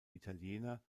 italiener